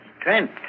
Trent